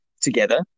together